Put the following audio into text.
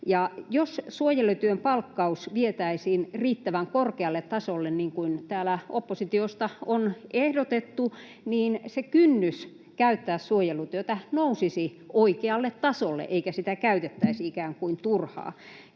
Jos suojelutyön palkkaus vietäisiin riittävän korkealle tasolle, niin kuin täällä oppositiosta on ehdotettu, niin kynnys käyttää suojelutyötä nousisi oikealle tasolle eikä sitä käytettäisi ikään kuin turhaan.